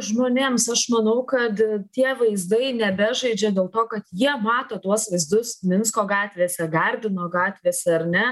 žmonėms aš manau kad tie vaizdai nebežaidžia dėl to kad jie mato tuos vaizdus minsko gatvėse gardino gatvėse ar ne